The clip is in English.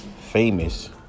famous